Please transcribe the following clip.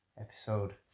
episode